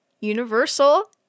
universal